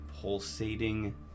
pulsating